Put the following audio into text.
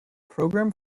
program